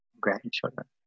grandchildren